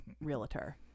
realtor